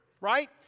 Right